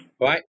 Right